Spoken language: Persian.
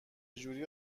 جوری